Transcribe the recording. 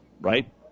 right